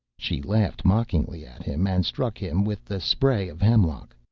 she laughed mockingly at him, and struck him with the spray of hemlock.